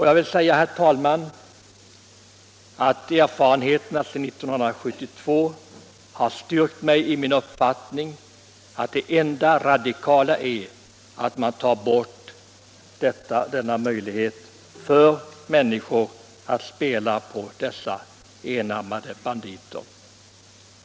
Jag vill säga, herr talman, att erfarenheterna sedan 1972 har styrkt mig i min uppfattning att det enda radikala är att ta bort möjligheten för människor att spela på enarmade banditer.